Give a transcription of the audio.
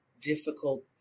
difficult